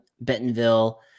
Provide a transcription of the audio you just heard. Bentonville